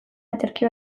aterki